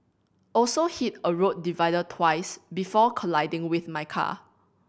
also hit a road divider twice before colliding with my car